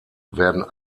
werden